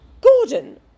Gordon